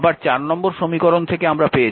আবার নম্বর সমীকরণ থেকে আমরা পেয়েছি v0 2 i2